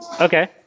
Okay